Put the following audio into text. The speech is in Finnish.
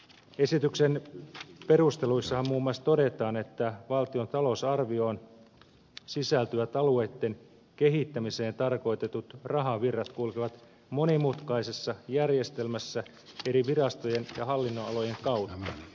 mietinnön perusteluissahan muun muassa todetaan että valtion talousarvioon sisältyvät alueitten kehittämiseen tarkoitetut rahavirrat kulkevat monimutkaisessa järjestelmässä eri virastojen ja hallinnonalojen kautta